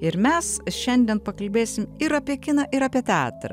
ir mes šiandien pakalbėsim ir apie kiną ir apie teatrą